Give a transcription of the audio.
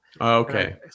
Okay